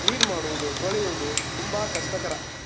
clean ಮಾಡುವುದು ತೊಳೆಯುವುದು ತುಂಬ ಕಷ್ಟಕರ